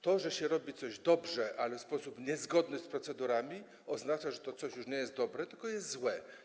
To, że robi się coś dobrze, ale w sposób niezgodny z procedurami, oznacza, że to coś już nie jest dobre, tylko jest złe.